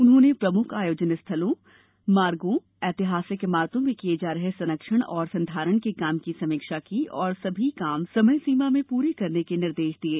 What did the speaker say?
उन्होंने प्रमुख आयोजन स्थलों मार्गों ऐतिहासिक इमारतों में किए जा रहे संरक्षण और संधारण के कोम की समीक्षा की और सभी काम समय सीमा में पूरे करने के निर्देश दिये